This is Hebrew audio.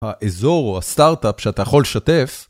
האזור או הסטארט-אפ שאתה יכול לשתף.